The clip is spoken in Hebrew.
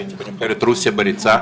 הייתי בנבחרת רוסיה בריצה,